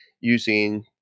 using